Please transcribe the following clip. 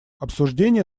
обсуждение